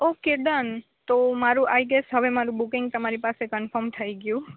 okay done તો મારુ I guess હવે મારુ બુકિંગ તમારી પાસે કનફોર્મ થઈ ગ્યું